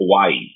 Hawaii